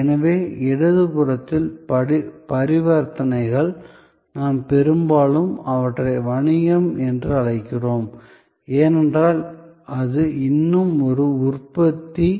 எனவே இடது புறத்தில் பரிவர்த்தனைகளை நாம் பெரும்பாலும் அவற்றை வணிகம் என்று அழைக்கிறோம் ஏனென்றால் அது இன்னும் ஒரு உற்பத்தி